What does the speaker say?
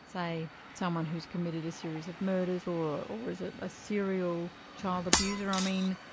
say someone who has committed a series of murders, or or is ah a serial child abuser? i mean,